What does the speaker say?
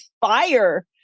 fire